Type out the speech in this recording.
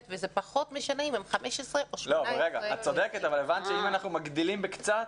וזה פחות משנה אם הם 15 או 18. את צודקת אבל אם אנחנו מגדילים בקצת,